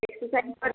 exercise କରୁଛି